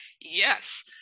yes